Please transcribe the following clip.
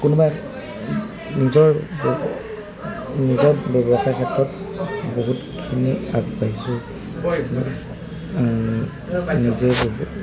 কোনোবাই নিজৰ নিজৰ ব্যৱসাৰ ক্ষেত্ৰত বহুতখিনি আগবাঢ়িছোঁ নিজে বহুত